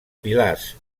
pilars